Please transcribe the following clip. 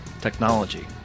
technology